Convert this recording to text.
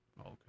okay